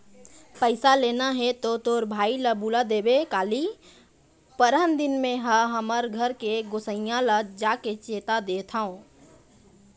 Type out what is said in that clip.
पइसा लेना हे तो तोर भाई ल बुला देबे काली, परनदिन में हा हमर घर के गोसइया ल जाके चेता देथव